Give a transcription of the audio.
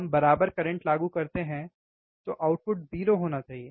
हम बराबर करंट लागू करते हैं तो आउटपुट 0 होना चाहिए